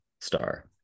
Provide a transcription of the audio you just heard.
star